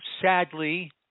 sadly